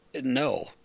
No